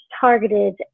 targeted